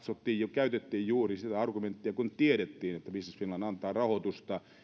käytettiin juuri sitä argumenttia kun tiedettiin että business finland antaa rahoitusta